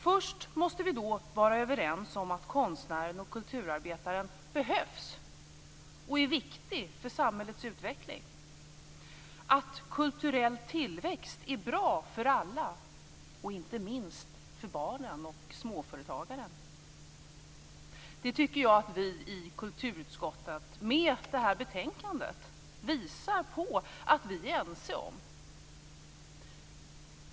Först måste vi då vara överens om att konstnären och kulturarbetaren behövs och är viktiga för samhällets utveckling. Kulturell tillväxt är bra för alla, inte minst för barnen och småföretagaren. Det tycker jag att vi i kulturutskottet med det här betänkandet visar att vi är ense om.